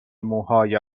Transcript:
موهای